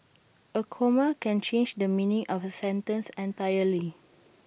A comma can change the meaning of A sentence entirely